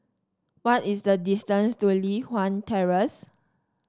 what is the distance to Li Hwan Terrace